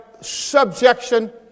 subjection